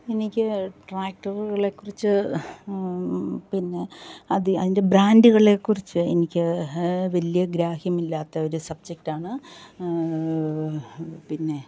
എനിക്ക് ട്രാക്ടറുകളെ കുറിച്ച് പിന്നെ അതി അതിൻ്റെ ബ്രാൻഡുകളെ കുറിച്ച് എനിക്ക് വലിയ ഗ്രാഹ്യമില്ലാത്തൊരു സബ്ജക്റ്റാണ് പിന്നെ